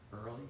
early